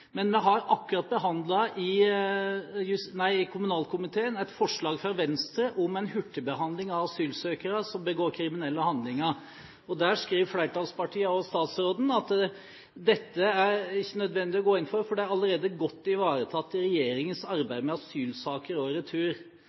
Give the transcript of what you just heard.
Men vi har akkurat i kommunalkomiteen behandlet et forslag fra Venstre om en hurtigbehandling av asylsøkere som begår kriminelle handlinger. Der skriver flertallspartiene, og statsråden, at dette er det ikke nødvendig å gå inn for, fordi det «allerede er godt ivaretatt i regjeringens arbeid med asylsaker og retur».